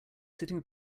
sitting